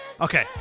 Okay